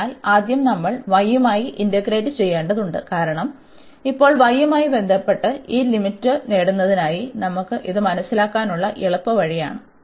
അതിനാൽ ആദ്യം നമ്മൾ y യുമായി ഇന്റഗ്രേറ്റ് ചെയ്യേണ്ടതുണ്ട് കാരണം ഇപ്പോൾ y യുമായി ബന്ധപ്പെട്ട് ഈ ലിമിറ്റ് നേടുന്നതിനായി നമുക്ക് ഇത് മനസ്സിലാക്കാനുള്ള എളുപ്പവഴിയാണ്